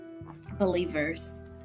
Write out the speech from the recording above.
believers